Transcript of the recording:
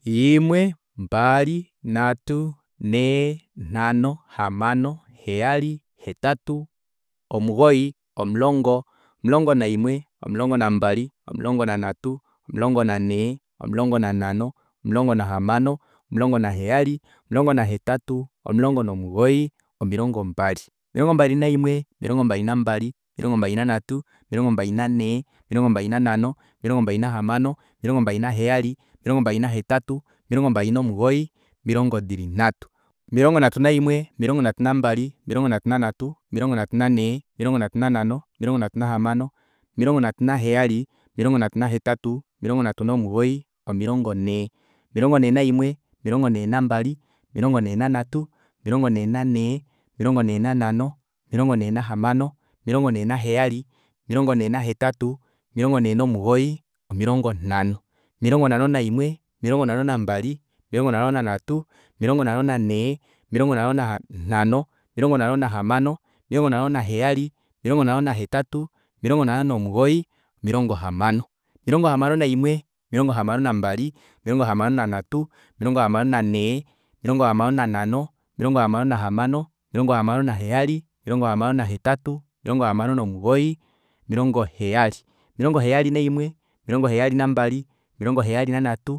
Imwe mbali nhatu nhee nhano hamano heyali hetatu omugoyi omulongo omulongo naimwe omulongo nambali omulongo nanhatu omulongo nanhee omulongo nanhano omulongo nahamano omulongo naheyali omulongo nahetatu omulongo nomugoyi omilongo mbali omilongo mbali naimwe omilongo mbali nambali omilongo mbali nanhatu omilongo mbali nanhee omilongo mbali nanhano omilongo mbali nahamano omilongo mbali naheyali omilongo mbali nahetatu omilongo mbal nomugoyi omilongo nhatu omilongo nhatu naimwe omilongo nhatu nambali omilongo nhatu nanhatu omilongo nhatu nanhee omilongo nhatu nanhano omilongo nhatu nahamano omilongo nhatu naheyali omilongo nhatu nahetatu omilongo nhatu nomugoyi omilongo nhee omilongo nhee naimwe omilongo nhee nambali omilongo nhee nanhatu omilongo nhee nanhee omilongo nhee nanhano omilongo nhee nahamano omilongo nhee naheyali omilongo nhee nahetatu omilongo nhee nomugoyi omilongo nhano omilongo nhano naimwe omilongo nhano nambali omilongo nhano nanhatu omilongo nhano nanhee omilongo nhano nanhano omilongo nhano nahamano omilongo nhano naheyali omilongo nhano nahetatu omilongo nhano nomugoyi omilongo hamano omilongo hamano omilongo hamano naimwe omilongo hamano nambali omilongo hamano nanhatu omilongo hamano nanhee omilongo hamano nanhano omilongo hamano nahamano omilongo hamano naheyali omilongo hamano nahetatu omilongo hamano nomugoyi omilongo heyali omilongo heyali naimwe omilongo heyali nambali omilongo heyali nanhatu